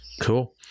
Cool